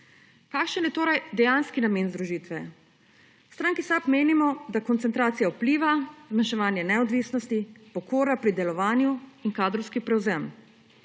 Kakšen je torej dejanski namen združitve? V Stranki SAB menimo, da koncentracija vpliva, zmanjševanje neodvisnosti, pokora pri delovanju in kadrovski prevzem.